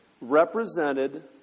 represented